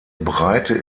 breite